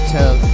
Tell